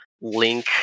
Link